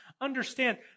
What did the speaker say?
understand